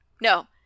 No